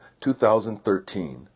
2013